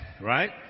right